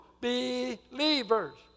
Believers